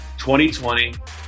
2020